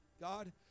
God